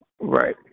Right